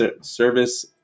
service